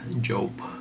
Job